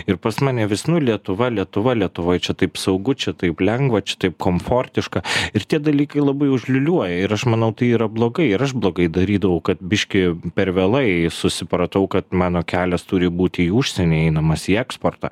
ir pas mane vis nu lietuva lietuva lietuvoj čia taip saugu čia taip lengva čia taip komfortiška ir tie dalykai labai užliūliuoja ir aš manau tai yra blogai ir aš blogai darydavau kad biškį per vėlai susipratau kad mano kelias turi būt į užsienį einamas į eksportą